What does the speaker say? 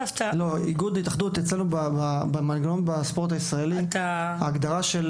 אצלנו, במנגנון בספורט הישראלי, ההגדרה של